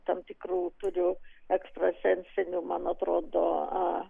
tam tikrų turiu ekstrasensinių man atrodo